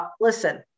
listen